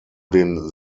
den